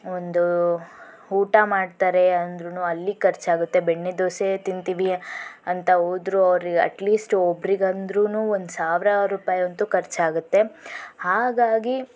ಒಂದು ಊಟ ಮಾಡ್ತಾರೆ ಅಂದ್ರು ಅಲ್ಲಿ ಖರ್ಚಾಗತ್ತೆ ಬೆಣ್ಣೆ ದೋಸೆ ತಿಂತೀವಿ ಅಂತ ಹೋದರೂ ಅವರಿಗೆ ಅಟ್ ಲೀಸ್ಟ್ ಒಬ್ರಿಗಂದ್ರು ಒಂದು ಸಾವಿರ ರೂಪಾಯಿ ಅಂತೂ ಖರ್ಚಾಗತ್ತೆ ಹಾಗಾಗಿ